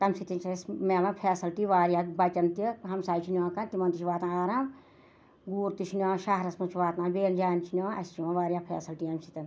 تَمہِ سۭتۍ چھِ اَسہِ مِلان فیسَلٹی واریاہ بَچَن تہِ ہَمساے چھِ نِوان کانٛہہ تِمَن تہِ چھِ واتان آرام گوٗر تہِ چھِ نِوان شہرَس منٛز واتناوان بیٚیَن جایَن چھِ نِوان اَسہِ چھِ یِوان واریاہ فیسَلٹی اَمہِ سۭتۍ